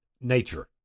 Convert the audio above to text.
nature